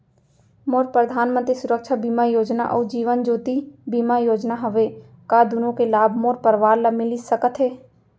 मोर परधानमंतरी सुरक्षा बीमा योजना अऊ जीवन ज्योति बीमा योजना हवे, का दूनो के लाभ मोर परवार ल मिलिस सकत हे?